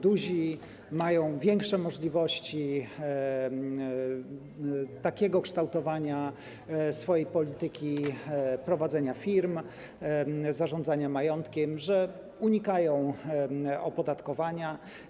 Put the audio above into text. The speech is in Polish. Duzi mają większe możliwości takiego kształtowania swojej polityki, prowadzenia firm, zarządzania majątkiem, żeby unikać opodatkowania.